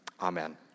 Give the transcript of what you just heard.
Amen